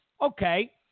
Okay